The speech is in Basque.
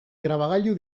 grabagailu